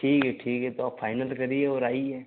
ठीक है ठीक है तो आप फाइनल करिए और आइए